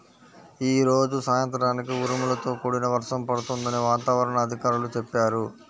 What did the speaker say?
యీ రోజు సాయంత్రానికి ఉరుములతో కూడిన వర్షం పడుతుందని వాతావరణ అధికారులు చెప్పారు